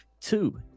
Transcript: two